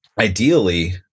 Ideally